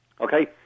Okay